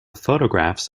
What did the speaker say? photographs